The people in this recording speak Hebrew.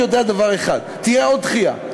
אני יודע דבר אחד: תהיה עוד דחייה.